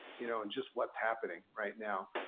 you know, and just what's happening right now.